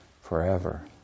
forever